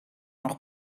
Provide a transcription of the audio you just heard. nog